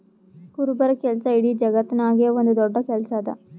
ಕುರುಬರ ಕೆಲಸ ಇಡೀ ಜಗತ್ತದಾಗೆ ಒಂದ್ ದೊಡ್ಡ ಕೆಲಸಾ ಅದಾ